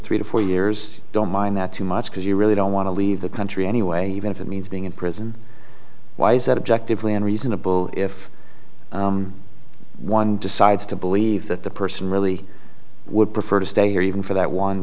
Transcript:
three to four years i don't mind that too much because you really don't want to leave the country anyway even if it means being in prison why is that objectively and reasonable if one decides to believe that the person really would prefer to stay here even for that one